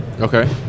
Okay